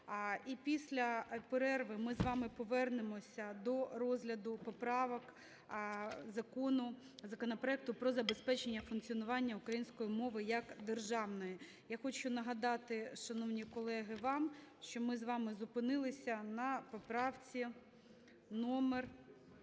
після перерви ми з вами повернемося до розгляду поправок закону, законопроекту про забезпечення функціонування української мови як державної. Я хочу нагадати, шановні колеги, вам, що ми з вами зупинилися на поправці номер